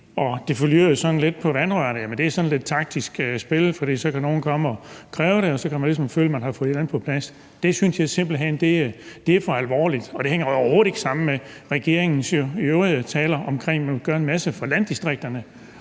det lyder sådan lidt på vandrørene, at der er tale om et taktisk spil, for så kan nogle komme og kræve det, og så kan de ligesom føle, at de har fået et eller andet på plads. Det synes jeg simpelt hen det er for alvorligt til, og det hænger overhovedet ikke sammen med regeringens øvrige taler om at ville gøre en masse for landdistrikterne.